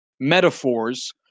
metaphors